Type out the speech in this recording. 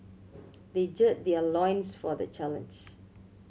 they gird their loins for the challenge